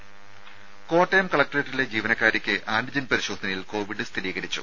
ദേദ കോട്ടയം കലക്ടറേറ്റിലെ ജീവനക്കാരിക്ക് ആന്റിജൻ പരിശോധനയിൽ കോവിഡ് സ്ഥിരീകരിച്ചു